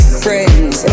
friends